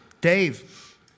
Dave